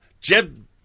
Jeb